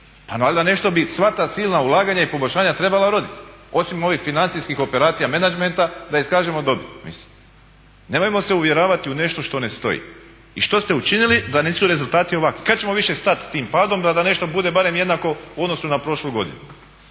Pa valjda nešto bi sva ta silna ulaganja i poboljšanja trebala uroditi. Osim ovih financijskih operacija menadžmenta da iskažemo dobit. Mislim nemojmo se uvjeravati u nešto što ne stoji. I što ste učinili da nisu rezultati ovakvi? I kada ćemo više stati sa tim padom da nešto bude barem jednako u odnosu na prošlu godinu?